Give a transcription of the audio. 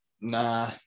Nah